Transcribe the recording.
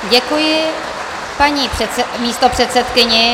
Děkuji paní místopředsedkyni.